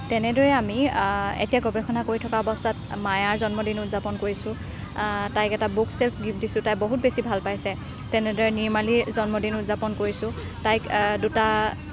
তেনেদৰে আমি এতিয়া গৱেষণা কৰি থকাৰ অৱস্থাত মায়াৰ জন্মদিন উদযাপন কৰিছোঁ তাইক এটা বুক ছেল্ফ গিফ্ট দিছোঁ তাই বহুত বেছি ভাল পাইছে তেনেদৰে নিৰ্মালিৰ জন্মদিন উদযাপন কৰিছোঁ তাইক দুটা